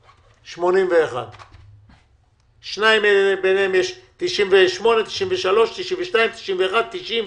81. יש בני 98, 93, 92, 91, 90,